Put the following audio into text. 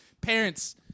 parents